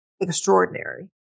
extraordinary